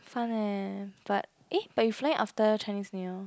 fun leh but eh but you flying after Chinese New Year